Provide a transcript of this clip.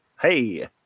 Hey